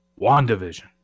WandaVision